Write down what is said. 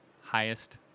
highest